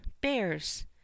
bears